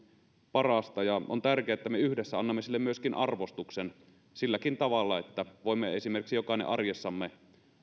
parasta ja on tärkeää että me yhdessä annamme sille myöskin arvostuksen silläkin tavalla että voimme esimerkiksi jokainen arjessamme